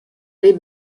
les